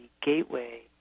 gateway